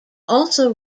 also